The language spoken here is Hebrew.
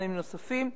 ומבחנים נוספים.